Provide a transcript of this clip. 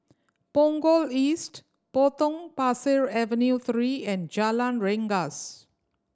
Punggol East Potong Pasir Avenue Three and Jalan Rengas